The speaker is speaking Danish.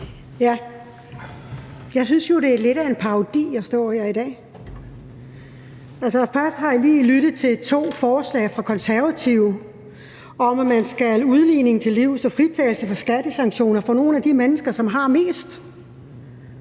Jeg synes jo, det er lidt af en parodi at stå her i dag. Først har jeg lige lyttet til to forslag fra De Konservative om, at man skal udligningen til livs og have fritagelse for skattesanktioner for nogle af de mennesker, som har mest.